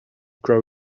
grow